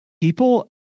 People